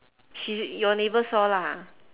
she's your neighbour saw lah